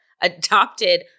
adopted